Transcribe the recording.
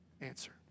answer